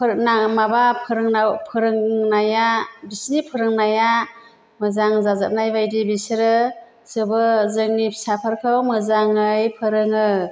फोरना माबा फोरोंना फोरोंनाया बिसिनि फोरोंनाया मोजां जाजोबनायबादि बिसोरो जोबोद जोंनि फिसाफोरखौ मोजाङै फोरोङो